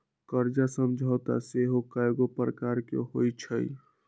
कर्जा समझौता सेहो कयगो प्रकार के होइ छइ